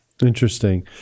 Interesting